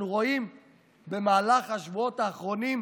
במהלך השבועות האחרונים,